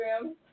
room